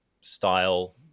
style